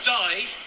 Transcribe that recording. died